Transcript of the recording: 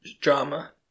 drama